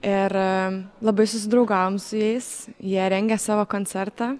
ir labai susidraugavomesu jais jie rengė savo koncertą